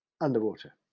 Underwater